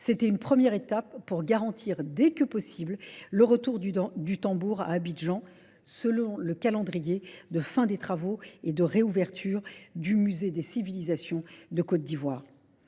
C'était une première étape pour garantir dès que possible le retour du tambour à Abidjan selon le calendrier de fin des travaux et de réouverture du Musée des civilisations de Côte d'Ivoire.